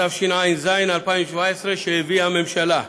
התשע"ז 2017, שהביאה הממשלה.